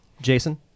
Jason